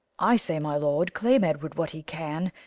i say, my lord, claim edward what he can,